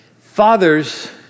Fathers